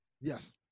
yes